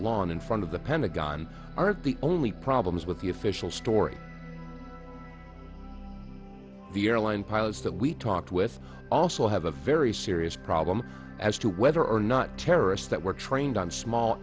lawn in front of the pentagon aren't the only problems with the official story the airline pilots that we talked with also have a very serious problem as to whether or not terrorists that were trained on small